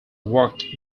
walked